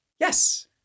Yes